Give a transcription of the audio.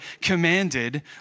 commanded